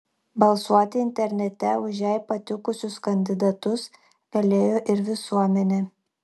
balsuoti internete už jai patikusius kandidatus galėjo ir visuomenė